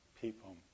people